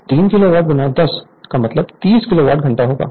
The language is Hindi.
तो 3 किलोवाट 10 का मतलब 30 किलोवाट घंटे होगा